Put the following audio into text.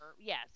Yes